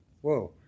whoa